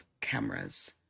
cameras